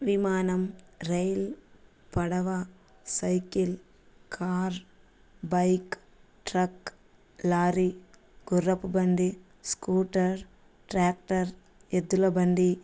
విమానం రైల్ పడవ cycle car bike truck lorry గుర్రపు బండి స్కూటర్ ట్రాక్టర్ ఎద్దుల బండి